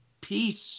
peace